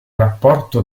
rapporto